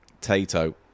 Tato